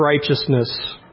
Righteousness